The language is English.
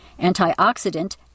antioxidant